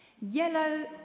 Yellow